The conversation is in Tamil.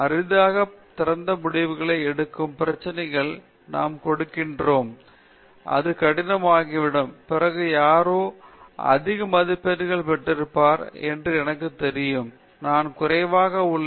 அரிதாகவே திறந்த முடிவுகளை எடுக்கும் பிரச்சினைகளை நாம் கொடுக்கிறோம் அங்கு ஒன்றுக்கும் மேற்பட்ட தீர்வுகள் இருக்கலாம் அது கடினமாகிவிடும் பிறகு யாரோ அவர் அதிக மதிப்பெண்கள் பெற்றிருப்பார் என்று எனக்குத் தெரியும் நான் குறைவாக உள்ளேன் பிரச்சினைகள் நிறைய உள்ளன